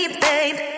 babe